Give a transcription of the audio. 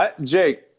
jake